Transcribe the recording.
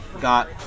got